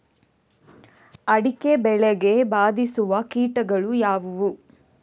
ಅಡಿಕೆ ಬೆಳೆಗೆ ಬಾಧಿಸುವ ಕೀಟಗಳು ಯಾವುವು?